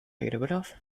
redebedarf